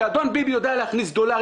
שאדון ביבי נתניהו יודע להכניס דולרים,